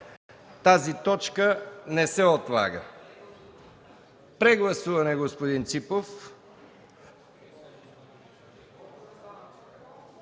Тази точка не се отлага. Прегласуване – господин Ципов.